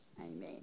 Amen